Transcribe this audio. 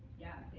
yeah.